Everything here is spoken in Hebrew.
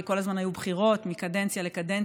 כי כל הזמן היו בחירות מקדנציה לקדנציה